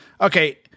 okay